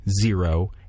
zero